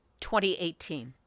2018